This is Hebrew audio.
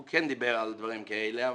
הוא כן דיבר על דברים כאלה.